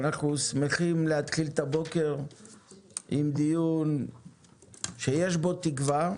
אנחנו שמחים להתחיל את הבוקר עם דיון שיש בו תקווה.